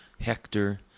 Hector